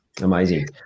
Amazing